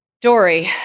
Dory